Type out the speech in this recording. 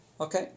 Okay